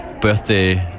Birthday